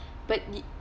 but